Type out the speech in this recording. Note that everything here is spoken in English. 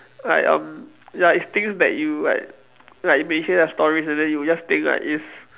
like um ya it's things that you like like when you hear their stories and then you just think like it's